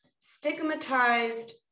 Stigmatized